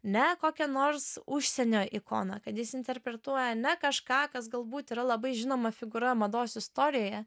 ne kokią nors užsienio ikoną kad jis interpretuoja ne kažką kas galbūt yra labai žinoma figūra mados istorijoje